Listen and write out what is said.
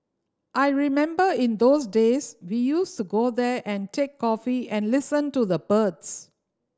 I remember in those days we used to go there and take coffee and listen to the birds